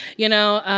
you know?